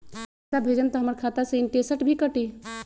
पैसा भेजम त हमर खाता से इनटेशट भी कटी?